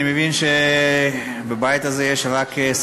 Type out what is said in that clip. קריאה שנייה וקריאה